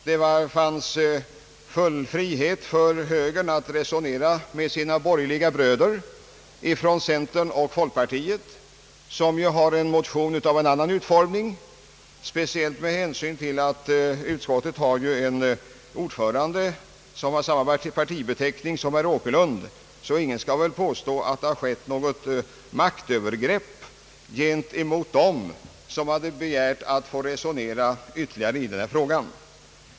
Det fanns full frihet för högern att resonera med sina borgerliga bröder från centern och folkpartiet, som ju har en egen motion som förordar en annan utformning. Med hänsyn till att utskottet har en ordförande med samma partibeteckning som herr Åkerlund finns det väl ännu mindre anledning misstänka att det har skett något maktövergrepp gentemot dem som har begärt att få resonera ytterligare i denna fråga.